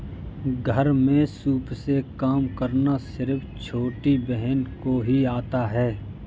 घर में सूप से काम करना सिर्फ छोटी बहन को ही आता है